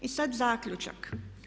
I sad zaključak.